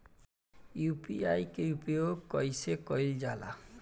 UPI के उपयोग कइसे कइल जाला?